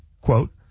quote